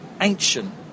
ancient